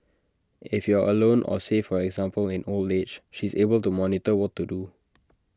if you are alone or say for example in old age she is able to monitor what to do